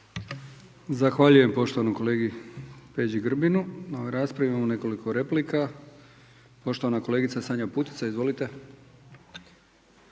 Zahvaljujem poštovanom kolegi Peđi Grbinu na ovoj raspravi. Imamo nekoliko replika. Poštovana kolegica Sanja Putica, izvolite.